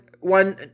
one